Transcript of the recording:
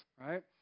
right